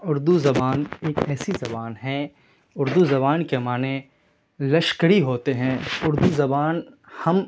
اردو زبان ایک ایسی زبان ہے اردو زبان کے معنی لشکری ہوتے ہیں اردو زبان ہم